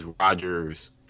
Rodgers